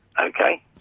Okay